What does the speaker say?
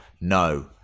no